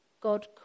God